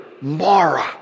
Mara